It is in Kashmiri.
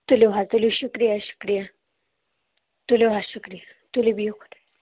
تُلِو حظ تُلِو شُکریہ شُکریہ تُلِو حظ شُکریہ تُلِو بِہِو